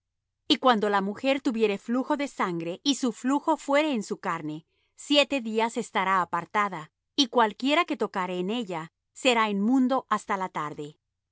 y cuando la mujer tuviere flujo de sangre y su flujo fuere en su carne siete días estará apartada y cualquiera que tocare en ella será inmundo hasta la tarde